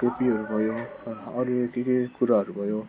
टोपीहरू भयो अनि त अरू के के कुराहरू भयो